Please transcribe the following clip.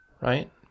right